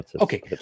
Okay